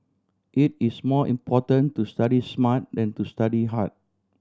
it is more important to study smart than to study hard